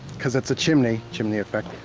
cause it's a chimney, chimney effect,